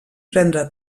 prendre